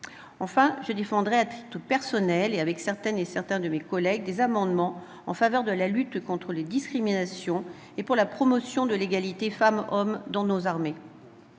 Enfin, je défendrai à titre personnel, avec certaines et certains de mes collègues, des amendements en faveur de la lutte contre les discriminations et pour la promotion de l'égalité entre les femmes et les hommes dans nos armées.